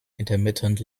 intermittent